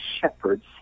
shepherds